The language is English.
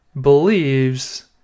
believes